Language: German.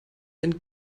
ein